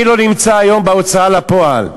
מי לא נמצא היום בהוצאה לפועל?